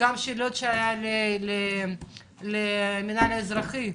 גם את השאלות שהיו למנהל האזרחי.